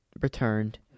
returned